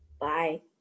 bye